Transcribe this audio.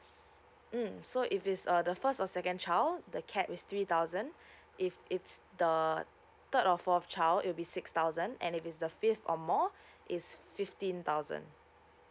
mm so if it's uh the first or second child the cap is three thousand if it's the third or fourth child it will be six thousand and if it's the fifth or more it's fifteen thousand